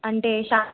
అంటే షా